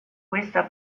questa